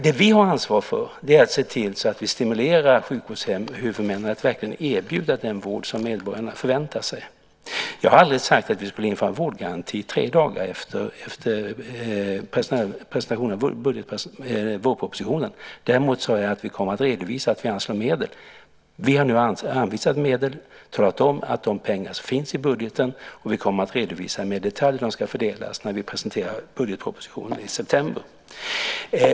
Det vi har ansvar för är att se till att vi stimulerar sjukvårdshuvudmännen att verkligen erbjuda den vård som medborgarna förväntar sig. Jag har aldrig sagt att vi skulle införa en vårdgaranti tre dagar efter presentationen av vårpropositionen. Däremot sade jag att vi kommer att redovisa att vi anslår medel. Vi har nu anvisat medel och talat om de pengar som finns i budgeten, och vi kommer att redovisa mer i detalj hur de ska fördelas när vi presenterar budgetpropositionen i september.